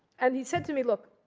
and he said to me, look,